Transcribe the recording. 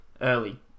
early